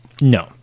No